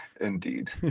indeed